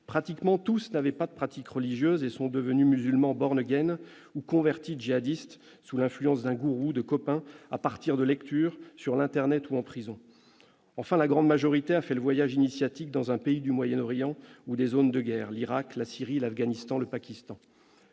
Pratiquement tous n'avaient pas de pratiques religieuses et sont devenus musulmans ou convertis djihadistes sous l'influence d'un gourou, de copains, à partir de leurs lectures sur internet ou en prison. Enfin, la grande majorité a fait le voyage initiatique dans un pays du Moyen-Orient ou des zones de guerre : l'Irak, la Syrie, l'Afghanistan, le Pakistan